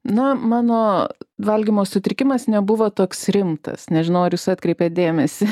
na mano valgymo sutrikimas nebuvo toks rimtas nažinau ar jūs atkreipėt dėmesį